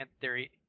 theory